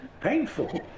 painful